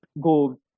go